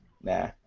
nah